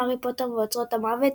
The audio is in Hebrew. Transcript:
"הארי פוטר ואוצרות המוות",